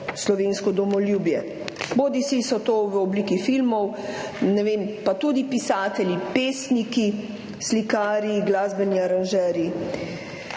slovensko domoljubje. Bodisi je to v obliki filmov, ne vem, pa tudi pisatelji, pesniki, slikarji, glasbeni aranžerji,